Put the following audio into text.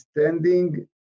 standing